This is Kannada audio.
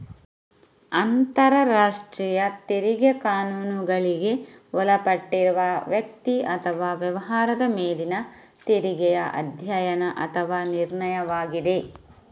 ಅಂತರರಾಷ್ಟ್ರೀಯ ತೆರಿಗೆ ಕಾನೂನುಗಳಿಗೆ ಒಳಪಟ್ಟಿರುವ ವ್ಯಕ್ತಿ ಅಥವಾ ವ್ಯವಹಾರದ ಮೇಲಿನ ತೆರಿಗೆಯ ಅಧ್ಯಯನ ಅಥವಾ ನಿರ್ಣಯವಾಗಿದೆ